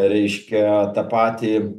reiškia tą patį